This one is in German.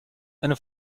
eine